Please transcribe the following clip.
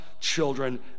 children